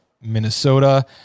Minnesota